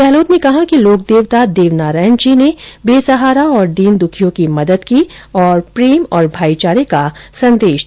गहलोत ने कहा कि लोक देवता देवनारायणजी ने बेसहारा और दीनदुखियों की मदद की और प्रेम और भाईचारे का संदेश दिया था